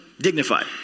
dignified